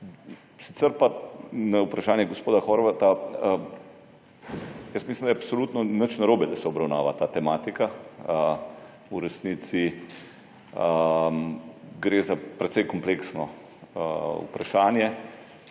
[odgovor] na vprašanje gospoda Horvata. Jaz mislim, da ni absolutno nič narobe, da se obravnava ta tematika. V resnici gre za precej kompleksno vprašanje.